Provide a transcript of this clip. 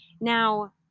now